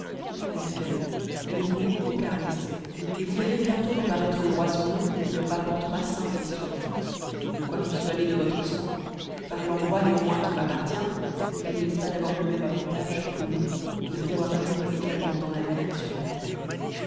en pnft il ne court aucun risque et vous verrez bicnfo reparaître le roi son oncle qui le rapportera sain et sauf quoiqu'il soit né de votre sang par l'endroit néanmoins qu'if m'appartient il ne laissé pas d'avoir le même avantage que nous de pouvoir vivre également dans mer et sur la terre